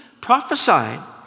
prophesied